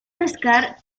pescar